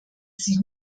sie